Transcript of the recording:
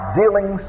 dealing